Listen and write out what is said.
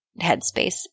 headspace